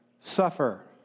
suffer